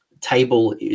table